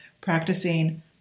practicing